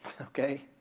okay